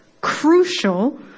crucial